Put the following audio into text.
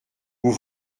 vous